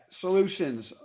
Solutions